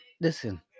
Listen